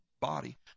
body